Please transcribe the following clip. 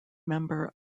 member